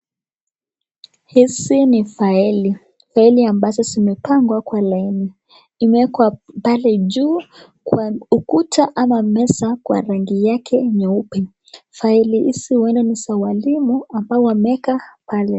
His name is Fael, mlei ambaye simepangwa kwa laini, imewekwa pale juu kwa ukuta ama mesa kwa rangi yake nyeupe. Faili isiwe na misa walile ambao wameka pale.